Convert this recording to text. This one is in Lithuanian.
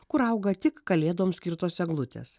kur auga tik kalėdoms skirtos eglutės